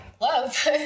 love